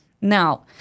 Now